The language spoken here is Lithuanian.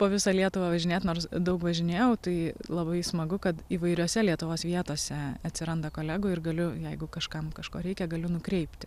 po visą lietuvą važinėt nors daug važinėjau tai labai smagu kad įvairiose lietuvos vietose atsiranda kolegų ir galiu jeigu kažkam kažko reikia galiu nukreipti